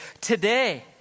today